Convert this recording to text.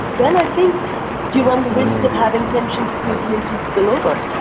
then i think you run the risk of having tensions between communities spill over.